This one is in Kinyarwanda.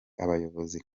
abayobozi